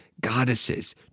goddesses